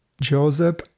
Joseph